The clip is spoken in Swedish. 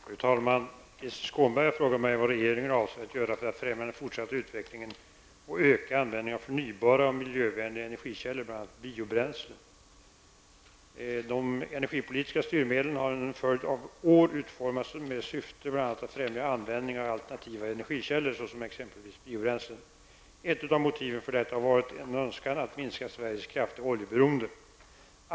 Fru talman! Krister Skånberg har frågat mig vad regeringen avser att göra för att främja den fortsatta utvecklingen och öka användningen av förnybara och miljövänliga energikällor, bl.a. De energipolitiska styrmedlen har under en följd av år utformats med syfte bl.a. att främja användingen av alternativa energikällor, såsom exempelvis biobränslen. Ett av motiven för detta har varit en önskan att minska Sveriges kraftiga oljeberoende.